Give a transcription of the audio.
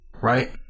Right